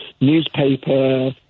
newspaper